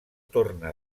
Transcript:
torna